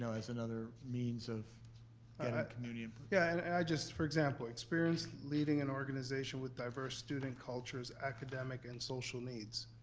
so as another means of getting and community input. yeah, just for example, experience leading an organization with diverse student cultures, academic and social needs,